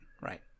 Right